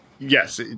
Yes